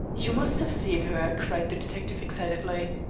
you must have seen her cried the detective excitedly.